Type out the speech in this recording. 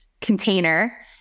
container